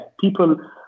People